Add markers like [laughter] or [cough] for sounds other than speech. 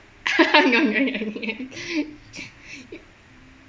[laughs] no no no no